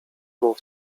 mów